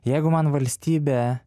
jeigu man valstybė